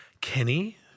Kenny